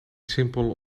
simpel